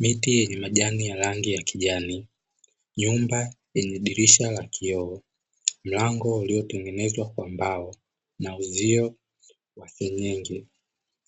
Miti yenye majani ya rangi ya kijani, nyumba yenye dirisha la kioo, mlango uliotengenezwa kwa mbao na uzio wa senyenge.